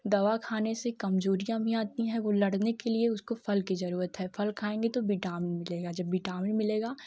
दवा खाने से कमज़ोरियाँ भी आती है वह लड़ने के लिए उसको फल की ज़रूरत है फल खाएँगे तो विटामिन मिलेगा जब विटामिन मिलेगा तो